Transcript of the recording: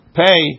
pay